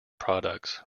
products